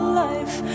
life